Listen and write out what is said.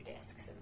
discs